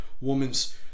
woman's